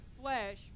flesh